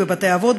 גם בבתי-אבות,